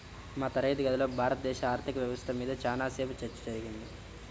మా తరగతి గదిలో భారతదేశ ఆర్ధిక వ్యవస్థ మీద చానా సేపు చర్చ జరిగింది